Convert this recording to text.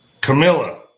Camilla